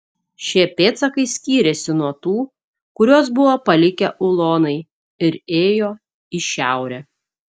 šie pėdsakai skyrėsi nuo tų kuriuos buvo palikę ulonai ir ėjo į šiaurę